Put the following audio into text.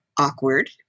awkward